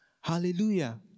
Hallelujah